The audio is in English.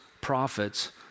prophets